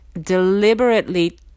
deliberately